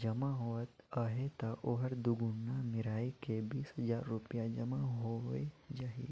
जमा होवत अहे ता ओहर दुगुना मेराए के बीस हजार रूपिया जमा होए जाही